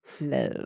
Love